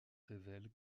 révèle